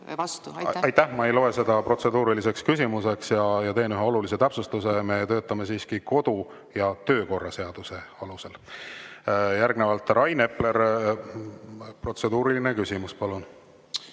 Aitäh! Ma ei loe seda protseduuriliseks küsimuseks. Teen ühe olulise täpsustuse: me töötame siiski kodu‑ ja töökorra seaduse alusel. Järgnevalt Rain Epler, protseduuriline küsimus, palun!